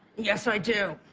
yes, i do.